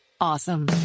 awesome